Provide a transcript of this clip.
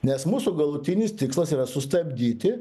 nes mūsų galutinis tikslas yra sustabdyti